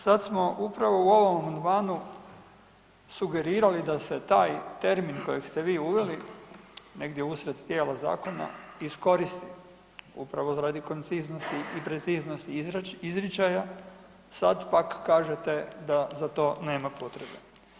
Sad smo upravo u ovom amandmanu sugerirali da se taj termin kojeg ste vi uveli negdje usred tijela zakona iskoristi upravo radi konciznosti i preciznosti izričaja, sad pak kažete da za to nema potreba.